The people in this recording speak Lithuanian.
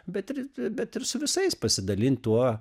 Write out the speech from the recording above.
bet ir bet ir su visais pasidalint tuo